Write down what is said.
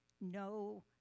no